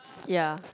ya